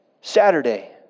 Saturday